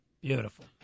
beautiful